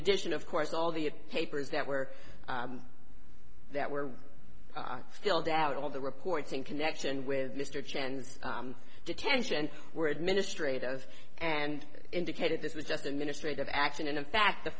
addition of course all the papers that were that were filled out all the reports in connection with mr chen's detention were administrative and indicated this was just a ministry of action and in fact the